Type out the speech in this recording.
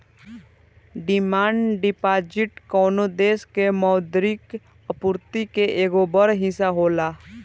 demand deposit कवनो देश के मौद्रिक आपूर्ति के एगो बड़ हिस्सा होला